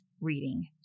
reading